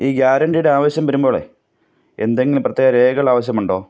ഈ ഗ്യാരണ്ടിയുടെ ആവശ്യം വരുമ്പോളെ എന്തെങ്കിലും പ്രത്യേക രേഖകളാവശ്യമുണ്ടോ